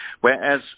whereas